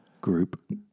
group